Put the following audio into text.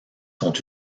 sont